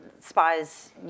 spies